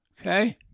Okay